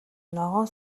ногоон